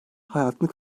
hayatını